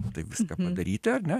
tai viską padaryti ar ne